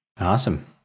Awesome